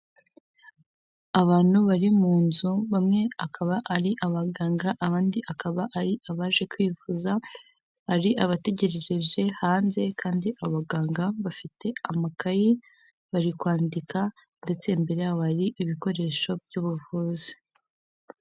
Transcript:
Abantu bari mu nzu bamwe akaba ari abaganga abandi akaba ari abaje kwivuza, ari abategereje hanze kandi abaganga bafite amakayi bari kwandika ndetse mbere yabo hari ibikoresho by'ubuvuzi.